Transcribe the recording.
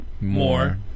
More